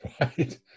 Right